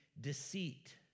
deceit